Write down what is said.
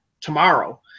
tomorrow